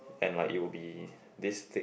and like it will be this thick